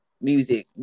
music